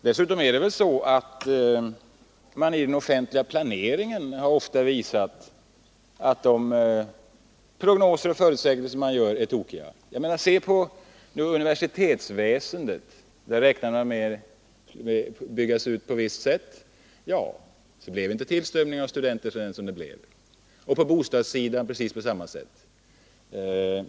Dessutom har väl den offentliga planeringen ofta visat att de prognoser och förutsägelser som där görs är tokiga. Se på universitetsväsendet! Man räknade med att det skulle byggas ut på ett visst sätt, men så blev inte tillströmningen av studenter sådan som man hade trott. Och på bostadssidan är det på precis samma sätt.